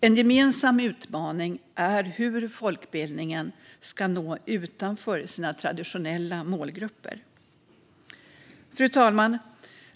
En gemensam utmaning är hur folkbildningen ska nå utanför sina traditionella målgrupper. Fru talman!